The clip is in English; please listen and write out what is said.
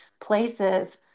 places